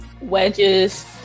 wedges